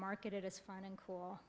marketed as fun and cool